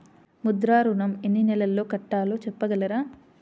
ముద్ర ఋణం ఎన్ని నెలల్లో కట్టలో చెప్పగలరా?